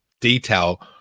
detail